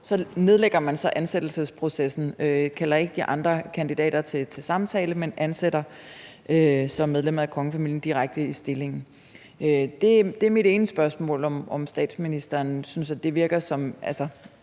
så nedlægger man ansættelsesprocessen og kalder ikke de andre kandidater til samtale, men ansætter så medlemmet af kongefamilien direkte i stillingen. Det er mit ene spørgsmål, altså om statsministeren